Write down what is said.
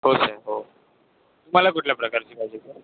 हो सर हो तुम्हाला कुठल्या प्रकारची पाहिजे सर